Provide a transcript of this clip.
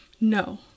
no